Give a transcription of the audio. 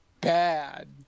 bad